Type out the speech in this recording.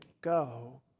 go